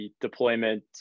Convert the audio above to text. deployment